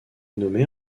nommé